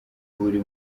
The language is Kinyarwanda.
buri